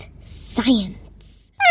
science